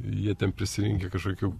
jie ten prisirinkę kažkokių